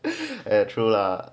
true lah